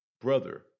brother